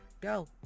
Go